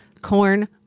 corn